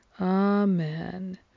Amen